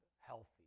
healthy